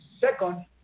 Second